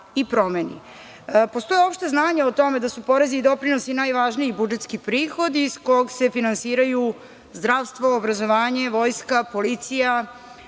i promeni. Postoje opošta znanja o tome da su porezi i doprinosi najvažniji budžetski prihod iz kog se finansiraju zdravstvo, obrazovanje, vojska, policija,